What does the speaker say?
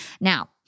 Now